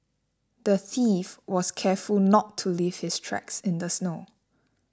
the thief was careful not to leave his tracks in the snow